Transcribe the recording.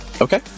Okay